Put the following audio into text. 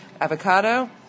Avocado